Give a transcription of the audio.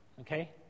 Okay